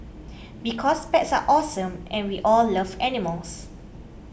because pets are awesome and we all love animals